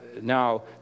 now